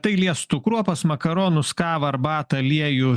tai liestų kruopas makaronus kavą arbatą aliejų